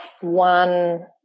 one